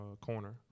Corner